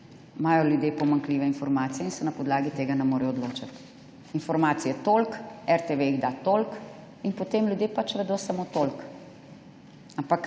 in se na podlagi tega ne morejo odločiti. Informacij je toliko, RTV jih da toliko in ljudje pač potem vedo samo toliko.